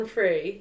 Free